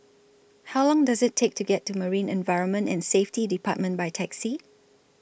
How Long Does IT Take to get to Marine Environment and Safety department By Taxi